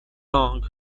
long